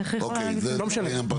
לא משנה.